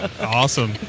Awesome